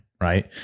right